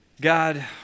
God